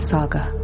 Saga